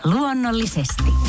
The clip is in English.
Luonnollisesti